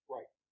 Right